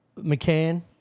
McCann